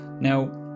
now